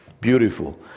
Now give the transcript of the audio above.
Beautiful